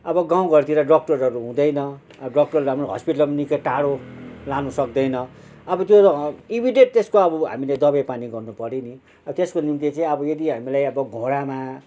अब गाउँ घरतिर डक्टरहरू हुँदैन अब डक्टरलाई पनि हस्पिटल पनि निकै टाढो लानु सक्दैन अब त्यो इमिडिएट त्यसको अब हामीले दवाई पानी गर्नुपऱ्यो नि अब त्यसको निम्ति चाहिँ अब यदि हामीलाई अब घुँडामा